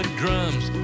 drums